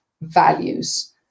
values